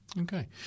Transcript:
Okay